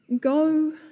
Go